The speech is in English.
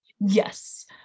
Yes